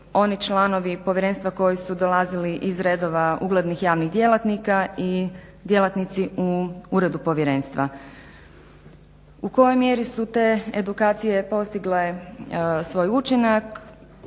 oni članovi povjerenstva koji su dolazili iz redova uglednih javnih djelatnika i djelatnici u uredu povjerenstva. U kojoj mjeri su te edukacije postigle svoj učinak